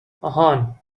آهان